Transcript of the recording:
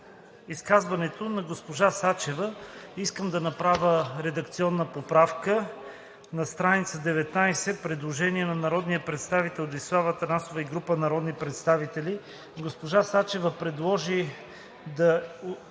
изказването на госпожа Сачева искам да направя редакционна поправка на стр. 19 – предложението на народния представител Десислава Атанасова и група народни представители. Госпожа Сачева предложи в т.